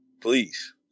please